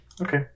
Okay